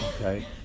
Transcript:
okay